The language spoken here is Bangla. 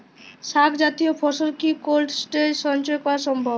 শাক জাতীয় ফসল কি কোল্ড স্টোরেজে সঞ্চয় করা সম্ভব?